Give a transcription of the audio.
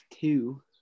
two